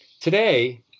Today